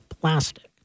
plastic